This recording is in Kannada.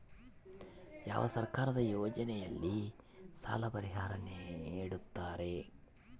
ಯಾವ ಸರ್ಕಾರದ ಯೋಜನೆಯಲ್ಲಿ ಸಾಲ ಪರಿಹಾರ ನೇಡುತ್ತಾರೆ?